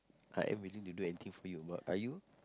like in between you do anything for it or not are you